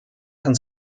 kann